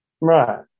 Right